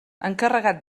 encarregat